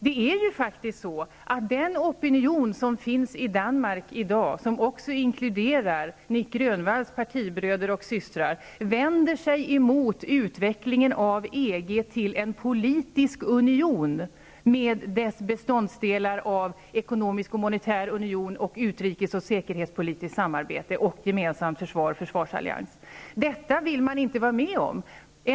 Det är faktiskt så, att den opinion som finns i Danmark i dag och som inkluderar Nic Grönvalls partibröder och systrar, vänder sig emot utvecklingen av EG till en politisk union -- med beståndsdelar av ekonomisk och monetär union -- samt utrikes och säkerhetspolitiskt samarbete liksom gemensamt försvar, en försvarsallians. Detta vill man inte vara med om i Danmark.